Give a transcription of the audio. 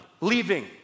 leaving